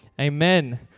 Amen